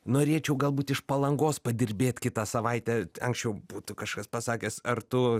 norėčiau galbūt iš palangos padirbėt kitą savaitę anksčiau būtų kažkas pasakęs ar tu